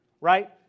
right